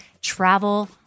travel